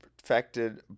perfected